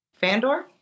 fandor